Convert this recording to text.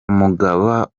umugaba